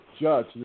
judge